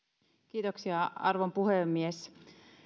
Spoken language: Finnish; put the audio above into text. kiitoksia arvon puhemies